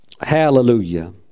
Hallelujah